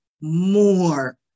More